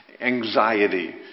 anxiety